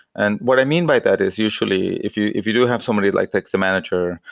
and what i mean by that is usually if you if you do have somebody like the the manager,